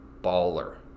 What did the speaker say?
baller